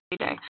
today